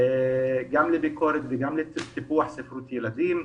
גם לביקורת וגם לטיפוח ספרות ילדים.